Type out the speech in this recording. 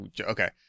Okay